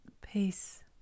Peace